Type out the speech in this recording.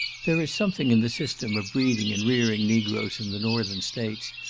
there is something in the system of breeding and rearing negroes in the northern states,